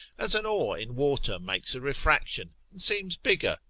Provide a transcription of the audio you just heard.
as an oar in water makes a refraction, and seems bigger,